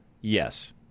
Yes